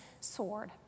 sword